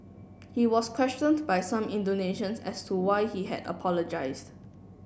he was questioned by some Indonesians as to why he had apologised